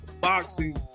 boxing